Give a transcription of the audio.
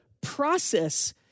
process